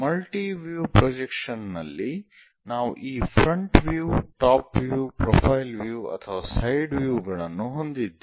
multi view projection ನಲ್ಲಿ ನಾವು ಈ front view top view profile view ಅಥವಾ ಸೈಡ್ ವ್ಯೂ ಗಳನ್ನು ಹೊಂದಿದ್ದೇವೆ